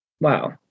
Wow